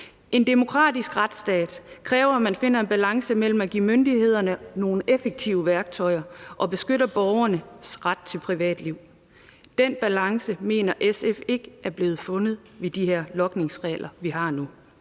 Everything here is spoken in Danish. En demokratisk retsstat kræver, at man finder en balance mellem at give myndighederne nogle effektive værktøjer og beskytter borgernes ret til privatliv. Den balance mener SF ikke er blevet fundet ved de her logningsregler, vi har nu,